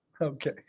Okay